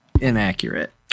inaccurate